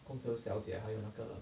空中小姐还有那个